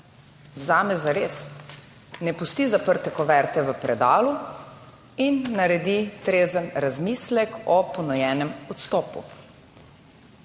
vzame zares, ne pusti zaprtih kuvert v predalu in naredi trezen razmislek o ponujenem odstopu.